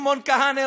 שמעון כהנר,